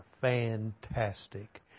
fantastic